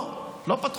לא, לא פתחו.